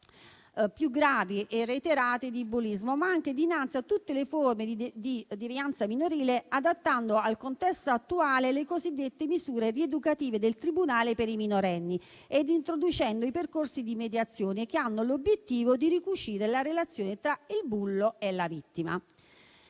più gravi e reiterate di bullismo, ma anche dinanzi a tutte le forme di devianza minorile, adattando al contesto attuale le cosiddette misure rieducative del tribunale per i minorenni ed introducendo i percorsi di mediazione che hanno l'obiettivo di ricucire la relazione tra il bullo e la vittima.